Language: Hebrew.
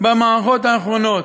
במערכות האחרונות,